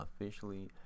officially